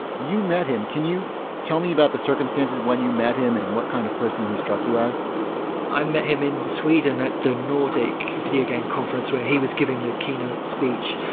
you met him. can you tell me about the circumstances when you met him and what kind of person he struck you? as i met him in sweden at the nordic videogame conference where he was giving the keynote speech.